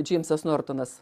džeimsas nortonas